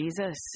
Jesus